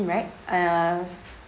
right err